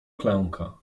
klęka